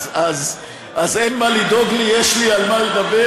אז אין מה לדאוג לי, יש לי על מה לדבר.